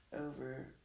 over